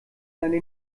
seine